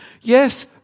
Yes